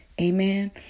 Amen